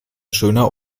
schöner